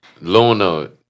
Luna